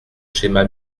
schéma